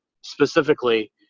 specifically